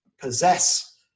possess